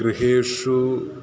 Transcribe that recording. गृहेषु